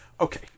Okay